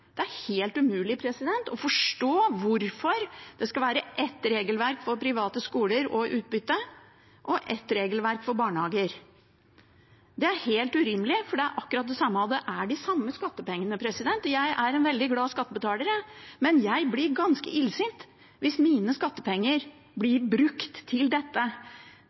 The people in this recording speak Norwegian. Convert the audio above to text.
Det er helt umulig å forstå hvorfor det skal være ett regelverk for private skoler og utbytte og ett regelverk for barnehager. Det er helt urimelig, for det er akkurat det samme, og det er de samme skattepengene. Jeg er en veldig glad skattebetaler, men jeg blir ganske illsint hvis mine skattepenger blir brukt til dette.